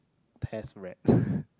test read